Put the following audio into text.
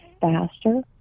faster